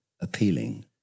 appealing